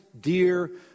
dear